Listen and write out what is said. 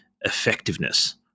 effectiveness